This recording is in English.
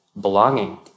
belonging